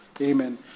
Amen